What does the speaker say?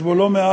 יש בו לא מעט